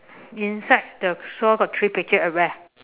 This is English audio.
inside the straw got three picture uh where